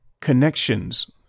connections